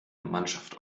mannschaft